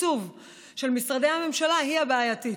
התקצוב של משרדי הממשלה היא הבעייתית.